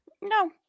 no